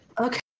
okay